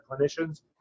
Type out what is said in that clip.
clinicians